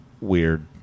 weird